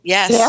Yes